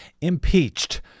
impeached